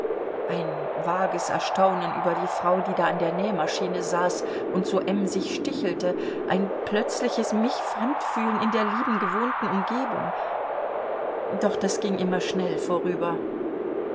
ein vages erstaunen über die frau die da an der nähmaschine saß und so emsig stichelte ein plötzliches michfremdfühlen in der lieben gewohnten umgebung doch das ging immer schnell vorüber